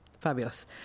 Fabulous